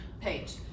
page